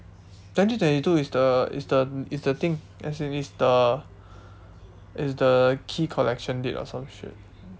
twenty twenty two is the is the is the thing as in is the is the key collection date or some shit